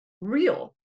real